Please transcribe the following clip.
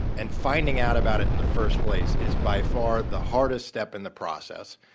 and finding out about it in the first place is by far the hardest step in the process.